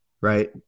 right